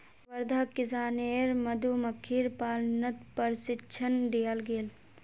वर्धाक किसानेर मधुमक्खीर पालनत प्रशिक्षण दियाल गेल